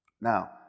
now